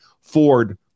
Ford